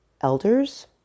elders